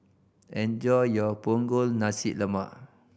enjoy your Punggol Nasi Lemak